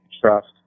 trust